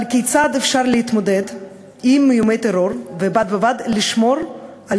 אבל כיצד אפשר להתמודד עם איומי טרור ובד בבד לשמור על